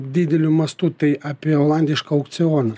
dideliu mastu tai apie olandišką aukcioną